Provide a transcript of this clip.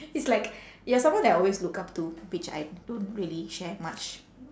it's like you are someone that I'll always look up to which I don't really share much